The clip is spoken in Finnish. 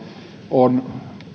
on